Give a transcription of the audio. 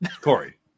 Corey